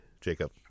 Jacob